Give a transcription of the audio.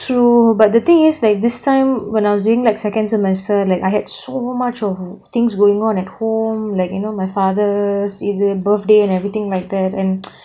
true but the thing is like this time when I was doing like second semester like I had so much of things going on at home like you know my father's இது:ithu birthday and everything like that and